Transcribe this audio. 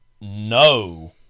No